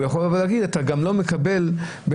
הוא יכול להגיד: אתה גם לא מקבל בכלל,